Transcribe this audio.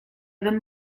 bym